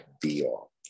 be-all